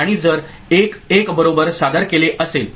आणि जर 1 1 बरोबर सादर केले असेल